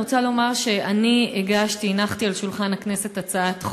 אני רוצה לומר שאני הנחתי על שולחן הכנסת הצעת חוק,